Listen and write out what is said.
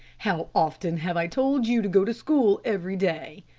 how often have i told you to go to school every day?